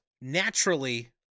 naturally